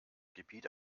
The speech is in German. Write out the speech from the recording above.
gebiet